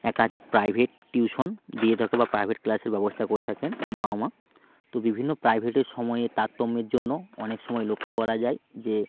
একাধিক private tuition দিয়ে থাকে বা প্রাইভেট ক্লাসের ব্যবস্থা করে থাকেন বাবা মা তো বিভিন্ন প্রাইভেটের সময়ে তারতম্যের জন্য অনেক সময় লক্ষ্য করা যায় যে